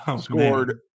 scored